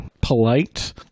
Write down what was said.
polite